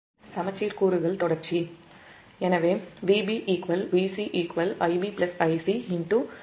எனவே இந்த விஷயத்தில் Vb Vc Ib Ic Zf 3 ZfIa0